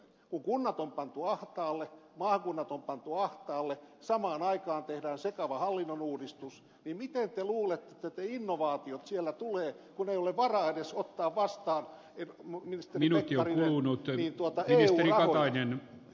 kun kunnat on pantu ahtaalle maakunnat on pantu ahtaalle samaan aikaan tehdään sekava hallinnonuudistus niin miten te luulette että innovaatioita sieltä tulee kun ei ole varaa edes ottaa vastaan ministeri pekkarinen eu rahoja